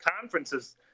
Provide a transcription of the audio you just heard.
conferences